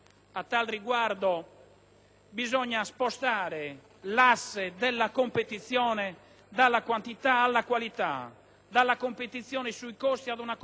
bisogna spostare l'asse della competizione dalla quantità alla qualità, dalla competizione sui costi ad una competizione sui territori,